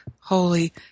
Holy